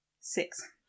Six